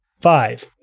Five